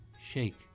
shake